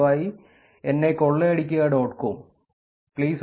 ദയവായി എന്നെ കൊള്ളയടിക്കുക ഡോട്ട് കോം pleaserobme